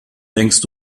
denkst